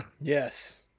Yes